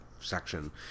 section